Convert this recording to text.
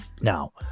Now